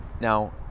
Now